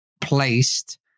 placed